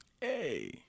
Hey